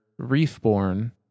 reefborn